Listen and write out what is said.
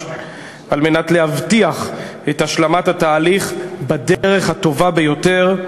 על מנת להבטיח את השלמת התהליך בדרך הטובה ביותר.